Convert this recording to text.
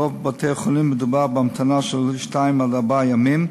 ברוב בתי-החולים מדובר בהמתנה של יומיים עד ארבעה ימים,